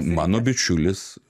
mano bičiulis